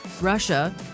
Russia